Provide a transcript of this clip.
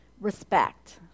Respect